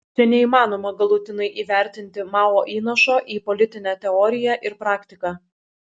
čia neįmanoma galutinai įvertinti mao įnašo į politinę teoriją ir praktiką